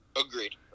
Agreed